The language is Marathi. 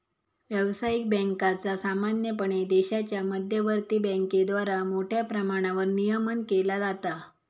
व्यावसायिक बँकांचा सामान्यपणे देशाच्या मध्यवर्ती बँकेद्वारा मोठ्या प्रमाणावर नियमन केला जाता